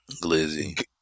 glizzy